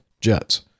jets